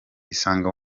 isange